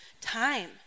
time